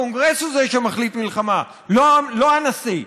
הקונגרס הוא זה שמחליט על מלחמה, לא הנשיא,